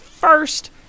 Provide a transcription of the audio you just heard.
first